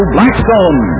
Blackstone